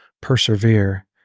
persevere